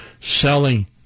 selling